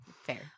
fair